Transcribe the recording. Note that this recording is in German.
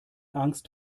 angst